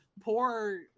poor